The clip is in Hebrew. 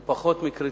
זה פחות מקריטריונים.